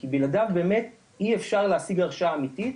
כי בלעדיו אי אפשר באמת להשיג הרשאה אמתית,